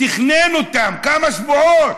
הוא תכנן אותם כמה שבועות.